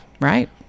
right